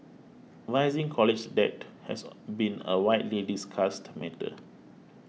rising college debt has a been a widely discussed matter